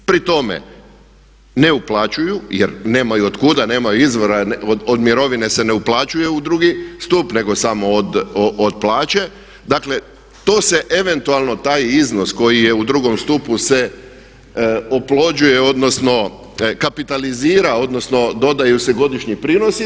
Pri tome ne uplaćuju jer nemaju od kuda, nemaju izvora, od mirovine se ne uplaćuje u drugi stup nego samo od plaće, dakle to se eventualno taj iznos koji je u drugom stupu se oplođuje, odnosno kapitalizira, odnosno dodaju se godišnji prinosi.